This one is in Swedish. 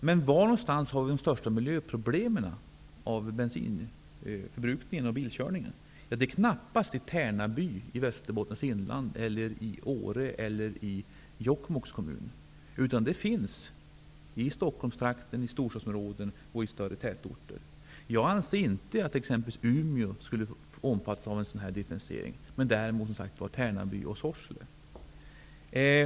Men var finns de största miljöproblem som orsakas av bensinförbrukning och bilkörning? Det är knappast i Tärnaby i Västerbottens inland eller i Åre eller i Jokkmokks kommun. Dessa problem finns i Stockholmstrakten och i andra storstadsområden och större tätorter. Jag anser inte att t.ex. Umeå borde omfattas av en differentiering, men däremot Tärnaby och Sorsele.